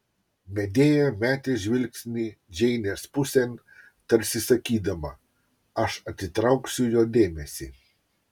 medėja metė žvilgsnį džeinės pusėn tarsi sakydama aš atitrauksiu jo dėmesį